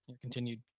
continued